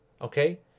Okay